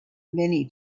many